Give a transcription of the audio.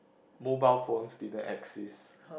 mobile phones didn't exist